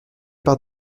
par